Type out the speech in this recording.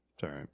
sorry